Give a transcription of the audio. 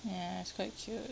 ya it's quite cute